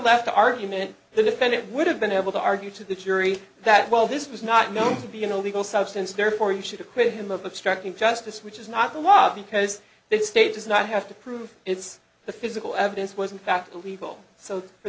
left the argument the defendant would have been able to argue to the jury that well this was not known to be an illegal substance therefore you should acquit him of obstructing justice which is not the law because this state does not have to prove its the physical evidence was in fact illegal so for